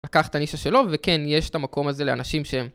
לקח את הנישה שלו, וכן, יש ת'מקום הזה לאנשים שהם...